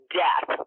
death